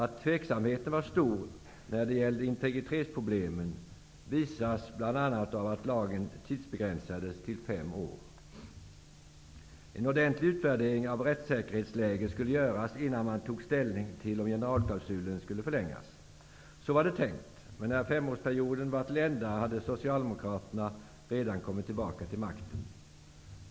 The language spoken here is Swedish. Att tveksamheten var stor när det gäller integritetsproblemen visas bl.a. av att lagen tidsbegränsades till fem år. En ordentlig utvärdering av rättssäkerhetsläget skulle göras innan man tog ställning till om generalklausulen skulle förlängas. Så var det tänkt. Men när femårsperioden var till ända hade Socialdemokraterna redan kommit tillbaka till makten.